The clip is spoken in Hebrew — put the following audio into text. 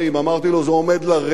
אמרתי לו, זה עומד לרדת,